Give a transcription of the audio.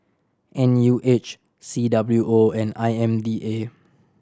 N U H C W O and I M D A